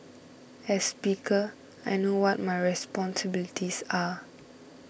as speaker I know what my responsibilities are